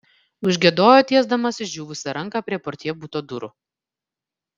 užgiedojo tiesdamas išdžiūvusią ranką prie portjė buto durų